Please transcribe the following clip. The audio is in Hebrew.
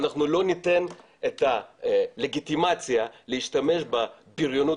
אנחנו לא ניתן את הלגיטימציה להשתמש בבריונות